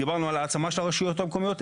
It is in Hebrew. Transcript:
דיברנו על העצמה של הרשויות המקומיות.